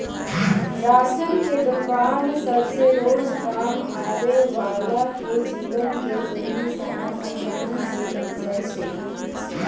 ration के दोकान सभसे रोजकाम आबय बला के जीवन के जरूरी समान असानी से मिल जाइ छइ